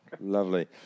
Lovely